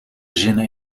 zinnen